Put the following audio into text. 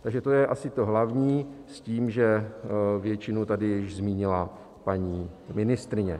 Takže to je asi to hlavní s tím, že většinu tady již zmínila paní ministryně.